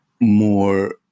more